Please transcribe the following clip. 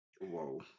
Whoa